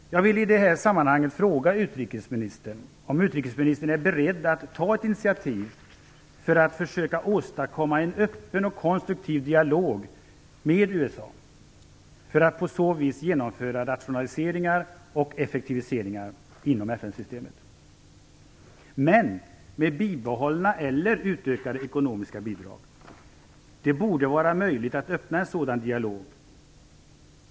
Jag vill i detta sammanhang fråga utrikesministern om utrikesministern är beredd att ta ett initiativ för att försöka åstadkomma en öppen och konstruktiv dialog med USA för att på så vis genomföra rationaliseringar och effektiviseringar inom FN-systemet, men med bibehållna eller utökade ekonomiska bidrag. Det borde vara möjligt att öppna en sådan dialog.